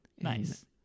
Nice